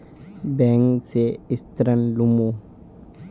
Bank से ऋण लुमू?